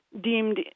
deemed